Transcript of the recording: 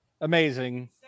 Amazing